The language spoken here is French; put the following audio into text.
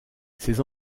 ces